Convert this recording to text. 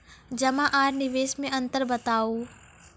जमा आर निवेश मे अन्तर बताऊ?